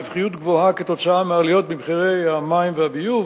רווחיות גבוהה כתוצאה מעליות במחירי המים והביוב